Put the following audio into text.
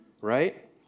right